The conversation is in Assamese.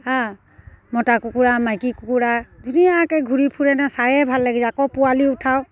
হাঁ মতা কুকুৰা মাইকী কুকুৰা ধুনীয়াকৈ ঘূৰি ফুৰে ন চায়ে ভাল লাগি যায় আকৌ পোৱালি উঠাওঁ